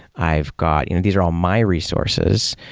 i've got you know these are all my resources,